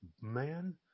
Man